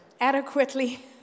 adequately